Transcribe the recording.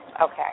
Okay